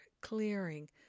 clearing